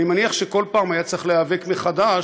אני מניח שכל פעם היה צריך להיאבק מחדש